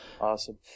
Awesome